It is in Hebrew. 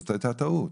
זאת הייתה טעות,